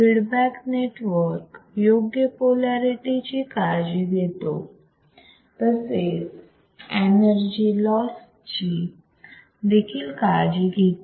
feedback network योग्य polarity ची काळजी घेतो तसेच एनर्जी लॉस ची देखील काळजी घेतो